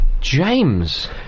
James